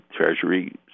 Treasury